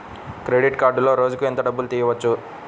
Credit కార్డులో రోజుకు ఎంత డబ్బులు తీయవచ్చు?